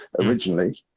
originally